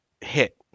hit